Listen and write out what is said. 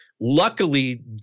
Luckily